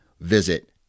visit